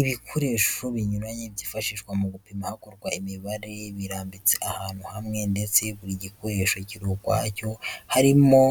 Ibikoresho binyuranye byifashishwa mugupima hakorwa imibare birambitse ahantu hamwe ndetse buri gikoresho kiri ukwacyo. Harimo